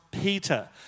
Peter